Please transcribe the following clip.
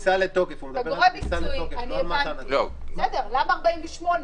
כנראה קיבל את הקנסות ולא שמע להם ונותר סרבן,